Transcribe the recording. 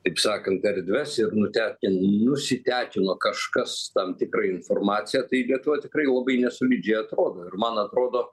taip sakant erdves ir nutekin nusitekino kažkas tam tikrą informaciją tai lietuva tikrai labai nesolidžiai atrodo ir man atrodo